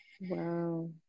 Wow